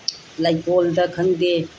ꯂꯩꯀꯣꯜꯗ ꯈꯪꯗꯦ